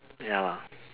ya lah